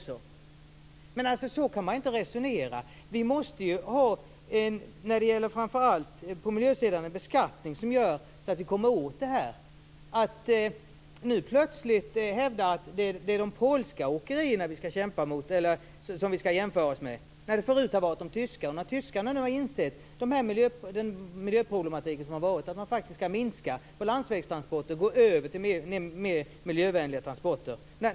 Så kan man inte resonera. Framför allt på miljösidan måste vi ha en beskattning som gör att vi kommer åt detta. Nu hävdar man plötsligt att det är de polska åkerierna som vi skall jämföra oss med, när det förut har varit de tyska. Tyskarna har nu insett miljöproblematiken och skall faktiskt minska landsvägstransporterna och gå över till mer miljövänliga transporter.